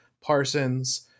Parsons